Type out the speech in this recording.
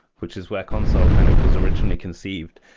which is where consul kind of was originally conceived,